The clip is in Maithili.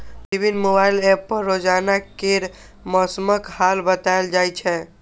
विभिन्न मोबाइल एप पर रोजाना केर मौसमक हाल बताएल जाए छै